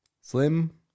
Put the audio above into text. slim